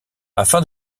afin